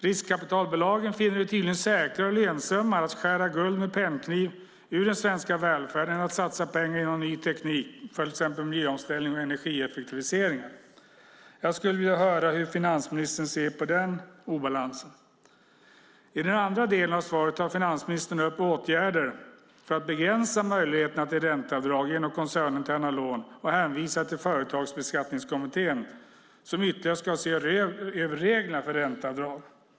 Riskkapitalbolagen finner det tydligen säkrare och lönsammare att skära guld med pennkniv ur den svenska välfärden än att satsa pengar inom ny teknik för till exempel miljöomställning och energieffektivisering. Jag skulle vilja höra hur finansministern ser på den obalansen. I den andra delen av svaret tar finansministern upp åtgärder för att begränsa möjligheterna till ränteavdrag genom koncerninterna lån och hänvisar till Företagsbeskattningskommittén som ytterligare ska se över reglerna för ränteavdrag.